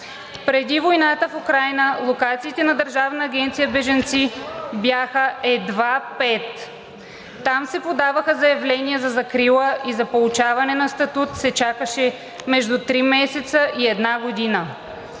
Преди войната в Украйна локациите на Държавната агенция за бежанците бяха едва пет. Там се подаваха заявления за закрила и за получаване на статут се чакаше между три месеца и една година.